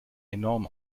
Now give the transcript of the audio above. enorm